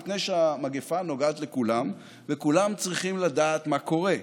מפני שהמגפה נוגעת לכולם וכולם צריכים לדעת מה קורה.